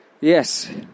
yes